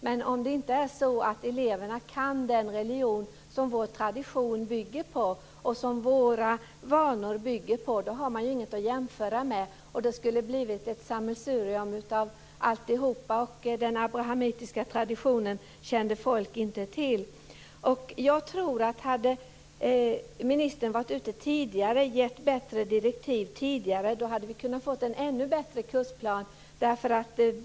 Men om inte eleverna kan den religion som vår tradition och våra vanor bygger på har man ju inget att jämföra med. Det skulle ha blivit ett sammelsurium av alltihop. Den abrahamitiska traditionen kände folk heller inte till. Om ministern hade varit ute tidigare och gett bättre direktiv tror jag att vi hade kunnat få en ännu bättre kursplan.